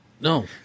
No